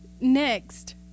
Next